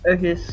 Okay